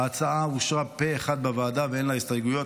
ההצעה אושרה פה אחד בוועדה ואין לה הסתייגויות.